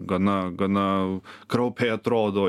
gana gana kraupiai atrodo